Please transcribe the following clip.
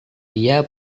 dia